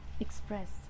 express